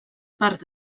part